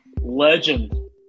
legend